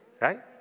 right